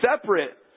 separate